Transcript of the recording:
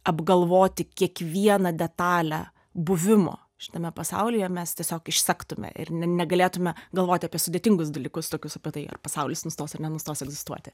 apgalvoti kiekvieną detalę buvimo šitame pasaulyje mes tiesiog išsektume ir ne negalėtume galvoti apie sudėtingus dalykus tokius apie tai ar pasaulis nustos ar nenustos egzistuoti